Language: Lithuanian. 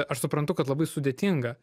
aš suprantu kad labai sudėtinga